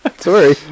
Sorry